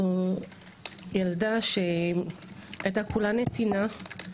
זו ילדה שהיתה כולה נתינה.